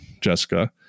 Jessica